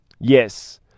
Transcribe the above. Yes